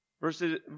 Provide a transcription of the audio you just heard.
Verses